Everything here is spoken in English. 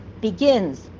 begins